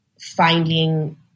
finding